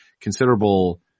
considerable